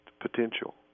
potential